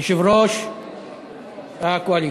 יושב-ראש הקואליציה,